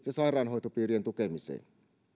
ja sairaanhoitopiirien tukemiseen